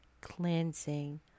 cleansing